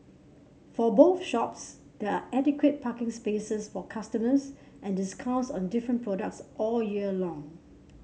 for both shops there are adequate parking spaces for customers and discounts on different products all year long